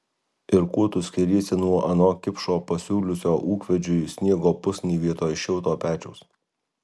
ir kuo tu skiriesi nuo ano kipšo pasiūliusio ūkvedžiui sniego pusnį vietoj šilto pečiaus